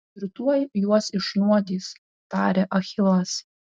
ir tuoj juos išnuodys tarė achilas